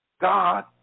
God